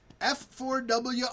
F4W